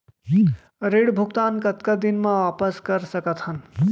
ऋण भुगतान कतका दिन म वापस कर सकथन?